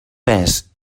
pes